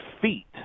feet